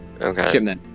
okay